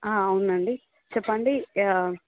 అవునండీ చెప్పండి